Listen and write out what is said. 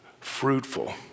fruitful